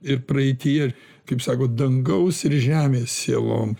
ir praeityje kaip sakot dangaus ir žemės sielom